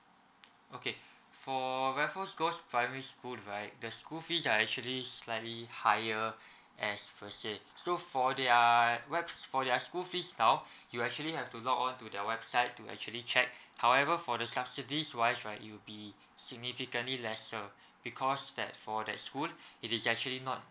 okay for raffles girls primary school right the school fees are actually slightly higher as per se so for their webs for their school fees now you actually have to log on to their website to actually check however for the subsidies wise right it will be significantly lesser because that for that school it is actually not